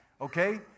okay